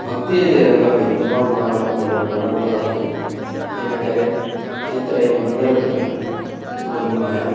भक्तीअ जे हंध में तमामु घणो वणंदो आहे इन करे केतिरा ई मंदर पिणु घुमियो आहियां